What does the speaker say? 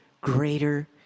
greater